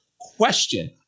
question